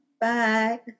Bye